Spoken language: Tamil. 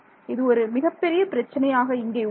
இது ஒரு மிகப்பெரிய பிரச்சினை ஆக இங்கே உள்ளது